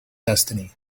destiny